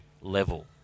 level